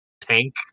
tank